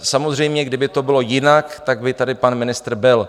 Samozřejmě kdyby to bylo jinak, tak by tady pan ministr byl.